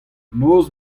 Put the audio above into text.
noz